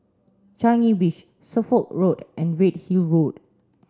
Changi Beach Suffolk Road and Redhill Road